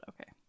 okay